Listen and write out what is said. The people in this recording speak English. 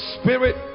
spirit